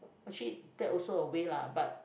actually that also a way lah but